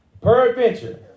Peradventure